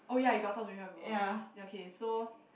oh ya you got talk to her before okay so